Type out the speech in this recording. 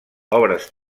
obres